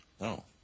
No